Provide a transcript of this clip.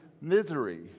misery